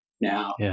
now